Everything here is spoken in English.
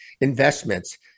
investments